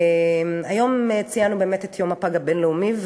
היום ציינו את יום הפג הבין-לאומי.